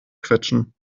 quetschen